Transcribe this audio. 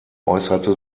äußerte